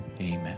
Amen